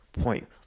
point